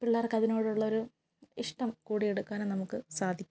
പിള്ളേർക്ക് അതിനോടുള്ള ഒരു ഇഷ്ടം കൂടി എടുക്കാനും നമുക്ക് സാധിക്കും